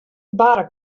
barre